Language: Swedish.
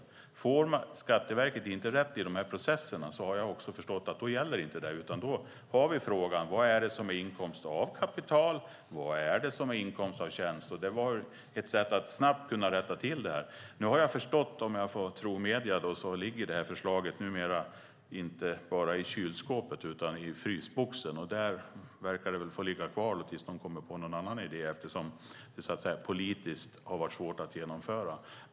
Men får Skatteverket inte rätt i de här processerna gäller inte detta, har jag förstått. Då har vi frågan vad som är inkomst av kapital och vad som är inkomst av tjänst. Detta var ett sätt att snabbt kunna rätta till det här. Nu har jag förstått - om jag får tro medierna - att förslaget numera inte ligger i kylskåpet, utan i frysboxen, och där verkar det väl få ligga kvar tills man kommer på någon annan idé, eftersom det politiskt har varit svårt att genomföra.